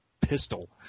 pistol